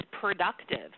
productive